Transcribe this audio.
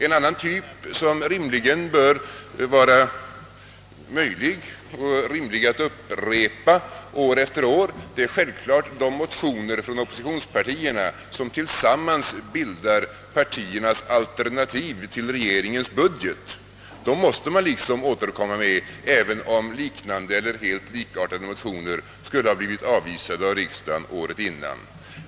En annan typ av motioner som det kan vara rimligt att upprepa år efter år är de motioner som tillsammans bildar oppositionens alternativ till regeringens budget — dem måste man återkomma med även om likartade eller helt lika motioner skulle ha blivit avvisade av riksdagen året innan.